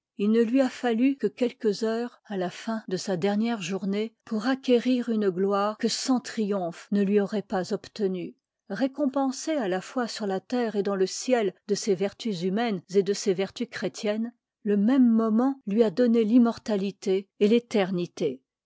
il ne lui a fallu que quelques heures à la fin de sa dernière journée pour acquë h part rir une gloire que cent triomphes ne lui liv u auroient pas obtenue récompensé à la fois sur la terre et dans le ciel de ses vertus hu maines et de ses vertus chrétiennes le même moment lui a donné timmortalité et réternité